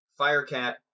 Firecat